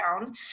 down